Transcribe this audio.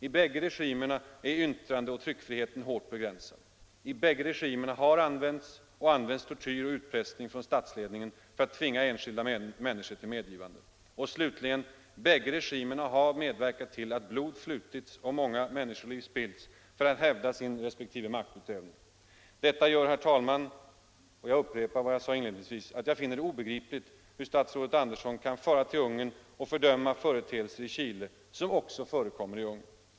I bägge regimerna är yttrandeoch tryckfriheten hårt begränsad. I bägge regimerna har använts och används tortyr och utpressning från statsledningen för att tvinga enskilda människor till medgivanden. Och slutligen: Bägge regimerna har medverkat till att blod flutit och många människoliv spillts för att hävda sin respektive maktutövning. Detta gör, herr talman, som jag sade inledningsvis att jag finner det obegripligt hur statsrådet kan fara till Ungern och fördöma företeelser i Chile som också förekommer i Ungern.